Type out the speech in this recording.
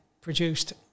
produced